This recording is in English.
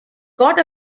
got